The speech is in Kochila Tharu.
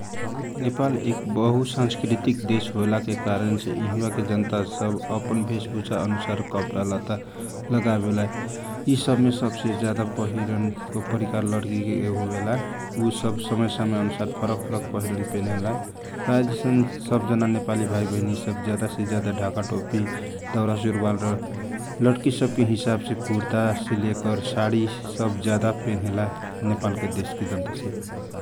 नेपाल एक बहुसास्कृतिक देश होयला के कारण छे यिहवा के जनता सब अपन भेषभुषा अनुसार कपडा लगावेला यि सब मे सबसे ज्यादा पहिरन लड़की के फरक होवेला उसब समय समय मे फरक फरक पहिरन पेनेला प्राय जैसन सब नेपाली भाइबहीना सब ढाका टोपी दाउरा सुरबाल आ लड़की सबके हीसावसे सारी, कुर्ता सुरुवाल सब जयादा नेपाली दीदी बहिनी सब पेनेला ।